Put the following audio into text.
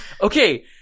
Okay